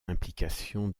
implication